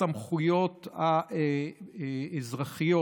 בסמכויות האזרחיות.